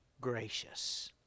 gracious